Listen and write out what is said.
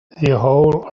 whole